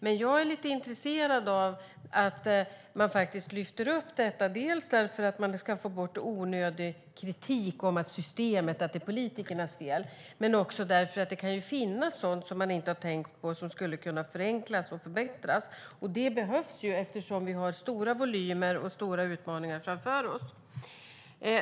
Men jag är lite intresserad av att man faktiskt lyfter fram detta, dels för att få bort onödig kritik mot systemet och att det är politikernas fel, dels för att det kan finnas sådant som man inte har tänkt på som skulle kunna förenklas och förbättras. Det behövs ju eftersom vi har stora volymer och stora utmaningar framför oss.